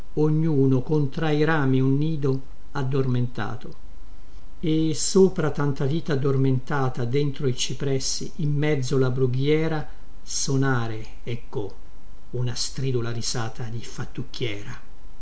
ognuno con tra i rami un nido addormentato e sopra tanta vita addormentata dentro i cipressi in mezzo alla brughiera sonare ecco una stridula risata di fattucchiera